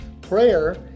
Prayer